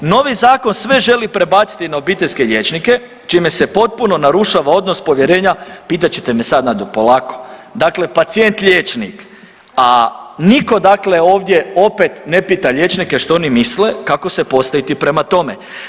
Novi zakon sve želi prebaciti na obiteljske liječnike čime se potpuno narušava odnos povjerenja, pita ćete me sad Nado, polako, dakle pacijent liječnik, a niko dakle ovdje opet ne pita liječnike što oni misle kako se postaviti prema tome.